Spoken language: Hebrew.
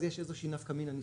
אז יש שם איזו נפקא מינה נסתרת.